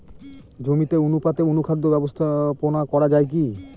জমিতে অনুপাতে অনুখাদ্য ব্যবস্থাপনা করা য়ায় কি?